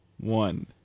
one